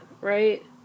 right